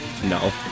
No